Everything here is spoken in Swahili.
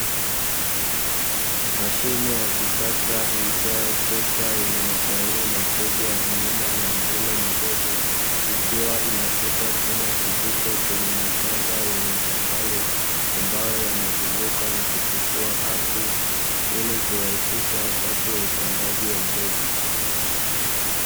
Mashine ya kisasa iitwayo trekta yenye matairi makubwa ya nyuma na ya mbele madogo, ikiwa inavuta chuma kizito chenye mapanga yenye ncha kali ambayo yanazunguka na kutifua ardhi; ili kurahisisha wakati wa upandaji wa mbegu.